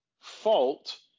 fault